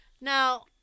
Now